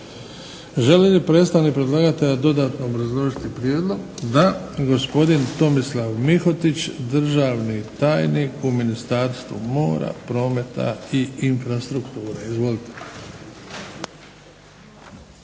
Želi li predstavnik predlagatelja dodatno obrazložiti prijedlog? Da. Gospodin Tomislav Mihotić, državni tajnik u Ministarstvu mora, prometa i infrastrukture. Izvolite.